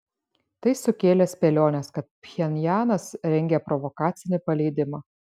tai sukėlė spėliones kad pchenjanas rengia provokacinį paleidimą